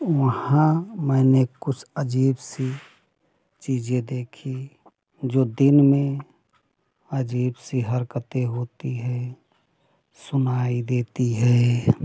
वहाँ मैने कुछ अजीब सी चीज़ें देखी जो दिन में अजीब सी हरकतें होती हैं सुनाई देती हैं